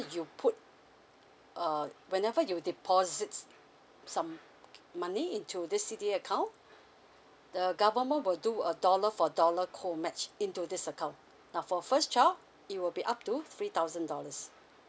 you put err whenever you deposits some money into this C_D_A account the government will do a dollar for dollar cold match into this account now for first child it will be up to three thousand dollars